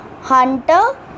hunter